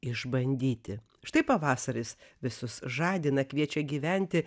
išbandyti štai pavasaris visus žadina kviečia gyventi